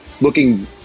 looking